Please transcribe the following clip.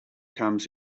comes